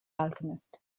alchemist